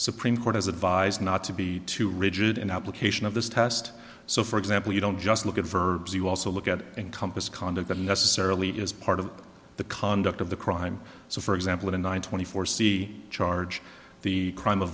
supreme court has advised not to be too rigid in application of this test so for example you don't just look at verbs you also look at encompass conduct that necessarily is part of the conduct of the crime so for example in one thousand and four c charge the crime of